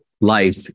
life